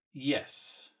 Yes